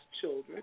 children